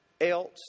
else